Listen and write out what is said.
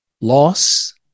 loss